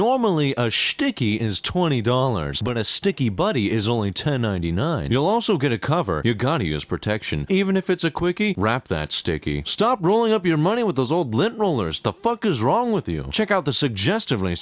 normally sticky is twenty dollars but a sticky buddy is only ten ninety nine you'll also get a cover you got to use protection even if it's a quickie wrap that sticky stop rolling up your money with those old little rollers the fuck is wrong with you check out the suggestive